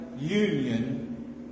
union